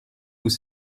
vous